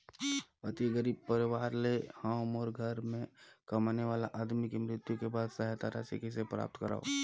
अति गरीब परवार ले हवं मोर घर के कमाने वाला आदमी के मृत्यु के बाद सहायता राशि कइसे प्राप्त करव?